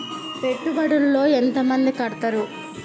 పెట్టుబడుల లో ఎంత మంది కడుతరు?